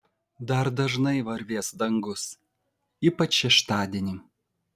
dar dažnai varvės dangus ypač šeštadienį